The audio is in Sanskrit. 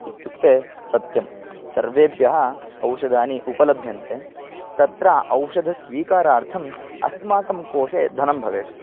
इत्युक्ते सत्यं सर्वेभ्यः औषधानि उपलभ्यन्ते तत्र औषध कारार्थम् अस्माकं कोशे धनं भवेत्